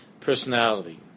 personality